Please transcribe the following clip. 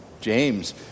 James